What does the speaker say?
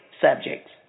subjects